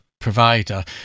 provider